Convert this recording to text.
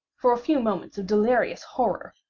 for a few moments of delirious horror,